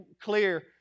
clear